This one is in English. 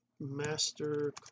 master